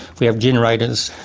we have generators,